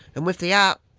and with the art,